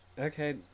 Okay